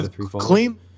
Clean